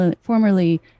formerly